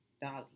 Dolly